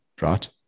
right